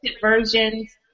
versions